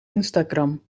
instagram